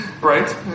Right